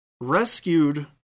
rescued